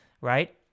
right